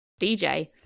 DJ